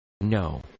No